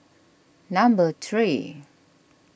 number three